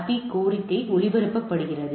RARP கோரிக்கை ஒளிபரப்பப்படுகிறது